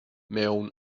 mewn